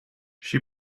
she